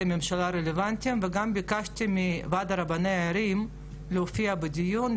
הממשלה הרלוונטיים וגם ביקשתי מוועד רבני הערים להופיע בדיון.